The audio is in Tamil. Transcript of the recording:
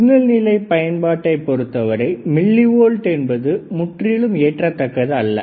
சிக்னல் நிலை பயன்பாட்டை பொருத்தவரை மில்லி வோல்ட் என்பது முற்றிலும் ஏற்கத்தக்கது அல்ல